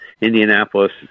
Indianapolis